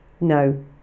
no